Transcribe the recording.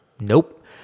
Nope